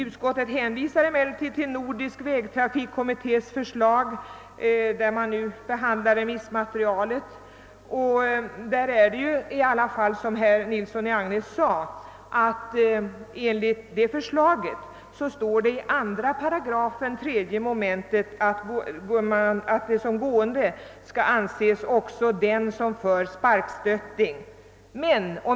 Utskottet hänvisar emellertid till förslagen från Nordisk vägtrafikkommitté, där remissmaterialet nu behandlas. Det står ändå så i förslaget såsom herr Nilsson i Agnäs framhöll, att enligt 2 83 mom. skall såsom gående anses också den som framför sparkstötting.